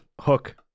hook